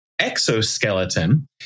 exoskeleton